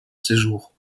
séjour